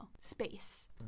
space